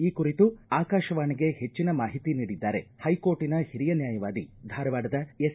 ಈ ಕುರಿತು ಆಕಾಶವಾಣಿಗೆ ಹೆಚ್ಚಿನ ಮಾಹಿತಿ ನೀಡಿದ್ದಾರೆ ಹೈಕೋರ್ಟಿನ ಹಿರಿಯ ನ್ಯಾಯವಾದಿ ಧಾರವಾಡದ ಎಸ್